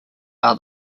are